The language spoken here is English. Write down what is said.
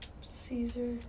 Caesar